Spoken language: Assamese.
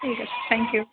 ঠিক আছে থেংক ইউ